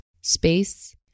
space